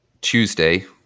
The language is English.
tuesday